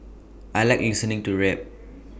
I Like listening to rap